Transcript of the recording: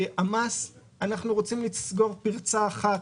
המס אנחנו רוצים לסגור פרצה אחת